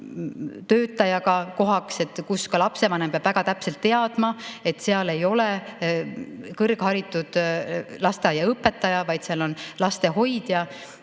töötajaga kohaks ning lapsevanem peab väga täpselt teadma, et seal ei ole kõrgharitud lasteaiaõpetaja, vaid seal on lastehoidja